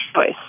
choice